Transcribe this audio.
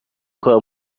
کار